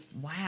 wow